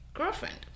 girlfriend